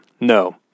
no